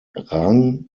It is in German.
rang